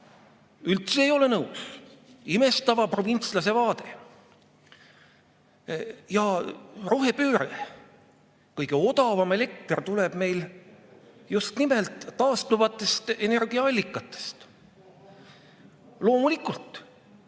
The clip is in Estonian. Üldse ei ole nõus, imestava provintslase vaade. Ja rohepööre. Kõige odavam elekter tuleb meil just nimelt taastuvatest energiaallikatest. Loomulikult,